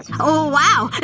oh wow,